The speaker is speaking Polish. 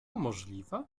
możliwe